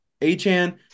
A-Chan